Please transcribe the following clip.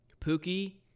Pookie